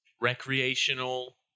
recreational